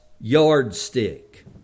yardstick